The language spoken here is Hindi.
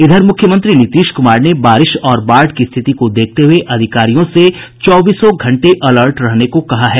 इधर मुख्यमंत्री नीतीश कुमार ने बारिश और बाढ़ की स्थिति को देखते हुए अधिकारियों से चौबीसों घंटे अलर्ट रहने को कहा है